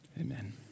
Amen